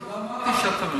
לא אמרתי שאתם נכנסים.